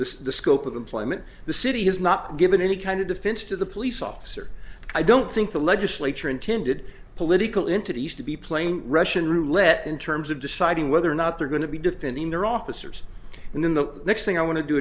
of the scope of employment the city has not given any kind of defense to the police officer i don't think the legislature intended political entities to be playing russian roulette in terms of deciding whether or not they're going to be defending their officers and then the next thing i want to do